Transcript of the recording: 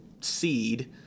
seed